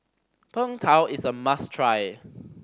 Png Tao is a must try